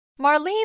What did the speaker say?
Marlene